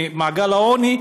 ממעגל העוני,